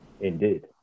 Indeed